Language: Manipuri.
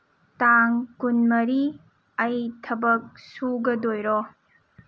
ꯇꯥꯡ ꯀꯨꯟꯃꯔꯤ ꯑꯩ ꯊꯕꯛ ꯁꯨꯒꯗꯣꯏꯔꯣ